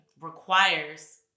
requires